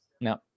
no